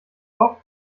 auch